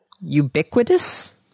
Ubiquitous